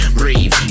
breathe